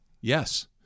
Yes